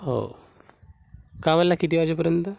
हो काय वेळेला किती वाजेपर्यंत